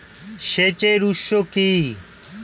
সেচের উৎস কি?